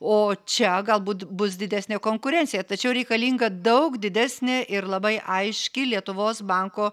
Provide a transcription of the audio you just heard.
o čia galbūt bus didesnė konkurencija tačiau reikalinga daug didesnė ir labai aiški lietuvos banko